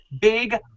Big